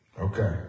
Okay